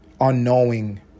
unknowing